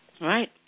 Right